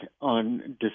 on